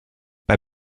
bei